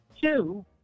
Two